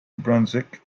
brunswick